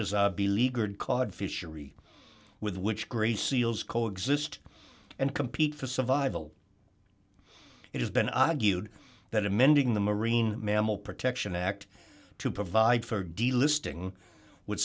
as a beleaguered caught fishery with which grey seals co exist and compete for survival it has been argued that amending the marine mammal protection act to provide for delisting would